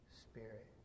Spirit